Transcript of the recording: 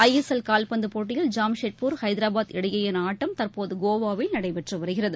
ஐ S L கால்பந்து போட்டியில் ஜாம்ஷெட்பூர் ஹைதராபாத் இடையேயான ஆட்டம் தற்போது கோவாவில் நடைபெற்று வருகிறது